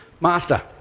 Master